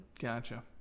Gotcha